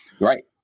Right